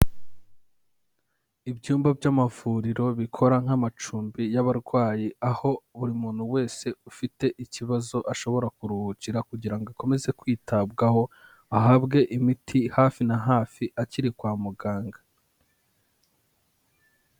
Ibyumba by'amavuriro bikora nk'amacumbi y'abarwayi, aho buri muntu wese ufite ikibazo ashobora kuruhukira kugira ngo akomeze kwitabwaho, ahabwe imiti hafi na hafi akiri kwa muganga.